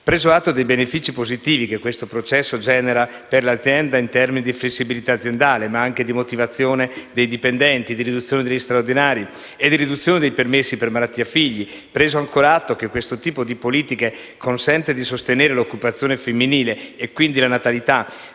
Preso atto dei benefici positivi che questo processo genera per l'azienda in termini di flessibilità aziendale, motivazione dei dipendenti, riduzione degli straordinari e riduzione dei permessi per malattia figli e preso ancora atto che questo tipo di politiche consente di sostenere l'occupazione femminile e, quindi, la natalità,